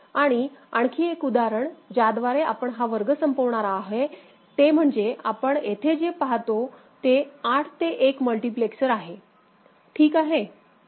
आणि आणखी एक उदाहरण ज्याद्वारे आपण हा वर्ग संपवणार आहे ते म्हणजे आपण येथे जे पाहता ते 8 ते 1मल्टिप्लेक्सर आहे ठीक आहे